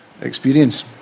experience